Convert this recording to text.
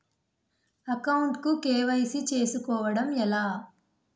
Account కు KYC చేసుకోవడం ఎలా?